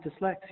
dyslexia